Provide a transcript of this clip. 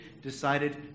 decided